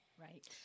Right